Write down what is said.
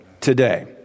today